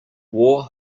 war